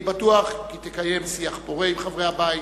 אני בטוח כי תקיים שיח פורה עם חברי הבית